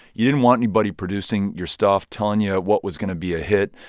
you didn't want anybody producing your stuff, telling you what was going to be a hit.